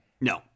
No